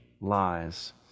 lies